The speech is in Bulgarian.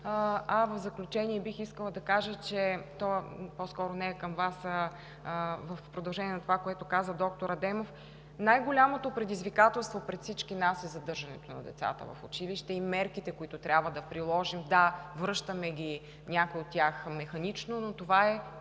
В заключение бих искала да кажа, по-скоро това не е към Вас, а е в продължение на това, което каза доктор Адемов, че най-голямото предизвикателство пред всички нас е задържането на децата в училище и мерките, които трябва да приложим. Да, връщаме ги, някои от тях механично, но това е